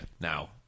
Now